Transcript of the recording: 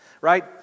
right